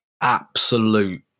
absolute